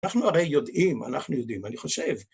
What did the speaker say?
אנחנו הרי יודעים, אנחנו יודעים, אני חושב